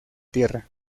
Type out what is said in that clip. tierra